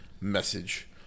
message